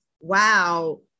wow